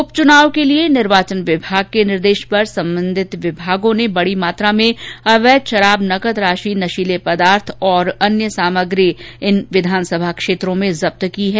उप चुनाव के लिए निर्वाचन विभाग के निर्देश पर संबंधित विभागों ने बड़ी मात्रा में अवैध शराब नकद राशि नशीले पदार्थ और अन्य सामग्री जप्त की है